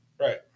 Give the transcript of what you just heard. Right